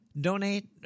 donate